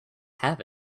have